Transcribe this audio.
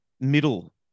middle